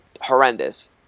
horrendous